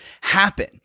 happen